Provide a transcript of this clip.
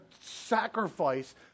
sacrifice